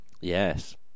Yes